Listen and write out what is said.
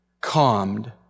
calmed